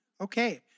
Okay